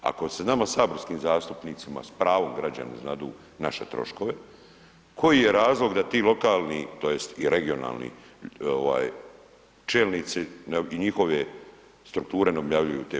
Ako se nama saborskim zastupnicima s pravom građani znadu naše troškove, koji je razlog da ti lokalni tj. i regionalni ovaj čelnici i njihove strukture ne objavljuju te podatke?